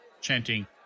chanting